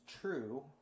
true